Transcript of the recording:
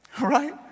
Right